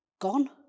Gone